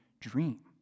dream